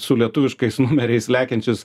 su lietuviškais numeriais lekiančius